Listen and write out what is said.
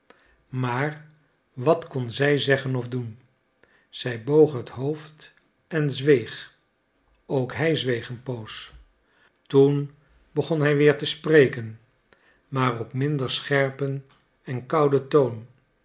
maar wat kon zij zeggen of doen zij boog het hoofd en zweeg ook hij zweeg een poos toen begon hij weer te spreken maar op minder scherpen en kouden toon